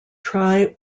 tri